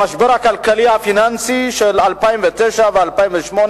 המשבר הכלכלי והפיננסי של 2009 ו-2008